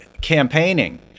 campaigning